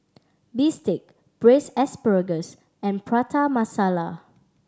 bistake Braised Asparagus and Prata Masala